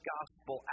Gospel